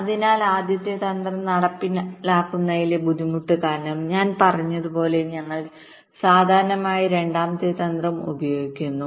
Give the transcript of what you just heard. അതിനാൽ ആദ്യത്തെ തന്ത്രം നടപ്പിലാക്കുന്നതിലെ ബുദ്ധിമുട്ട് കാരണം ഞാൻ പറഞ്ഞതുപോലെ ഞങ്ങൾ സാധാരണയായി രണ്ടാമത്തെ തന്ത്രം ഉപയോഗിക്കുന്നു